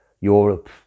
europe